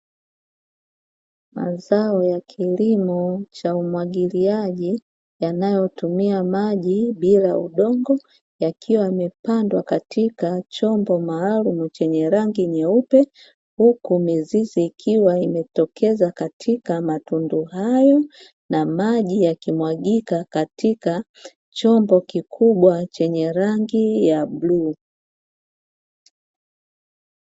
Mazao ya kilimo cha umwagiliaji yanayotumia maji bila udongo, yakiwa yamepandwa katika chombo maalumu chenye rangi nyeupe, huku mizizi ikiwa imetokeza katika matundu hayo na maji yakimwagika katika chombo kikubwa chenye rangi ya bluu.